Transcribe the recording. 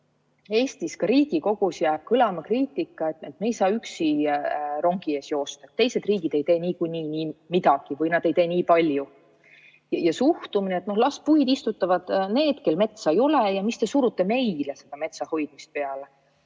Eestis, ka Riigikogus, jääb kõlama kriitika, et me ei saa üksi rongi ees joosta ja et teised riigid ei tee niikuinii midagi või nad ei tee nii palju. Ja on suhtumine, et las puid istutavad need, kel metsa ei ole, ja mis te surute meile seda metsa hoidmist peale.